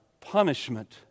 punishment